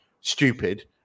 stupid